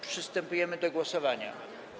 Przystępujemy do głosowania.